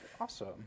Awesome